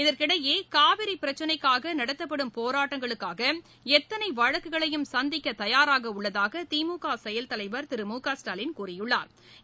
இதற்கிடையே காவிரி பிரச்சினைக்காக நடத்தப்படும் போராட்டங்களுக்காக எத்தனை வழக்குகளையும் சந்திக்க தயாராக உள்ளதாக திமுக செயல்தலைவா் திரு மு க ஸ்டாலின் கூறியுள்ளாா்